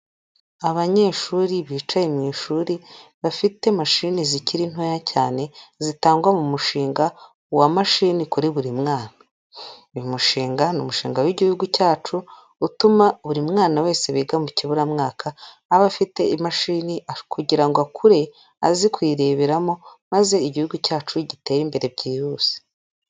Abanyeshuri bicaye mu ishuri bafite mashini zikiri ntoya cyane zitangwa mu mushinga wa mashini kuri buri mwaka, uyu mushinga ni umushinga w'igihugu cyacu utuma buri mwana wese wiga mu kiburamwaka aba afite imashini kugira akure azi kuyireberamo maze igihugu cyacu gitere imbere byihuse.